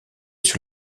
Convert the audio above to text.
sur